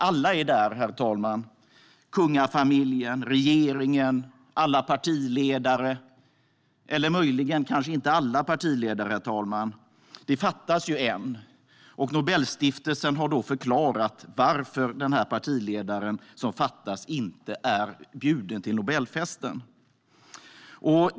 Alla är där: kungafamiljen, regeringen, alla partiledare - eller möjligen kanske inte alla partiledare. Det fattas en. Nobelstiftelsen har förklarat varför den partiledare som fattas inte är bjuden till Nobelfesten.